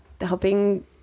helping